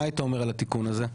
מה היית אומר על התיקון הזה?